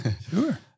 sure